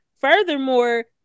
Furthermore